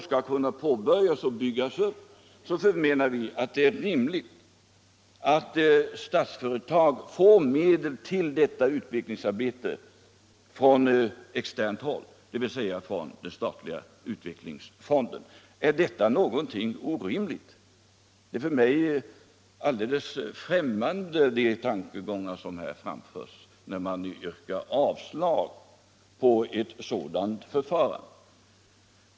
skall kunna påbörjas och byggas upp menar vi att det är rimligt att Statsföretag får medel till det utvecklingsarbetet från externt håll. dvs. från den statliga utvecklingsfonden. Är detta orimligt? De tankegångar som framförs när man yrkar avslag på ett sådant förfarande är för mig alldeles främmande.